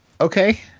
okay